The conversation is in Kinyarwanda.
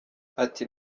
ati